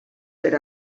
per